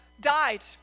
died